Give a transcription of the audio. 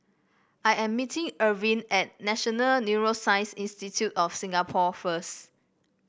I am meeting Ervin at National Neuroscience Institute of Singapore first